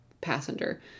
passenger